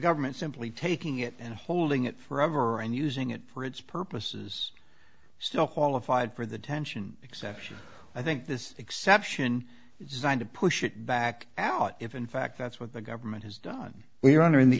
government simply taking it and holding it forever and using it for its purposes still qualified for the tension exception i think this exception designed to push it back out if in fact that's what the government has done we're honoring the